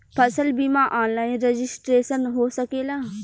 फसल बिमा online registration हो सकेला?